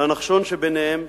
על הנחשון שביניהם,